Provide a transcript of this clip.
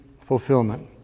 fulfillment